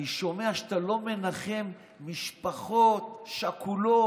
אני שומע שאתה לא מנחם משפחות שכולות,